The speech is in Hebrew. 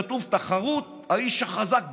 כתוב: תחרות האיש החזק בעולם.